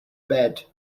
bed